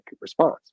response